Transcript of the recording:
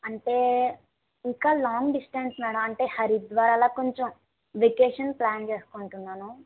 అంటే ఇంకా long distance madam అంటే హరిద్వార్ అలా కొంచెం వెకేషన్ ప్లాన్ చేసుకుంటున్నాను